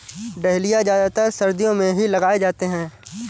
dahlia ज्यादातर सर्दियो मे ही लगाये जाते है